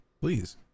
please